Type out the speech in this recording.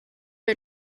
are